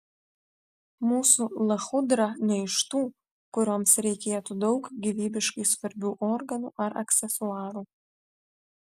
mūsų lachudra ne iš tų kurioms reikėtų daug gyvybiškai svarbių organų ar aksesuarų